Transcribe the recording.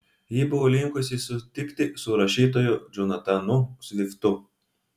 ji buvo linkusi sutikti su rašytoju džonatanu sviftu